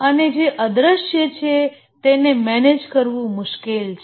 અને જે અદ્રશ્ય છે તેને મેનેજ કરવું મુશ્કેલ છે